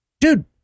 Dude